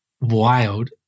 wild